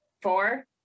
Four